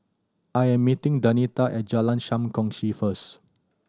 I am meeting Denita at Jalan Sam Kongsi first